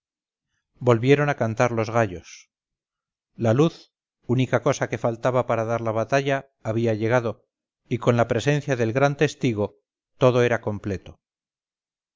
volvieron a cantar los gallos la luz única cosa que faltaba para dar la batalla había llegado y con la presencia del gran testigo todo era completo